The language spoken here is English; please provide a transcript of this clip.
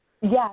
Yes